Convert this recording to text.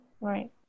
right